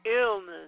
illness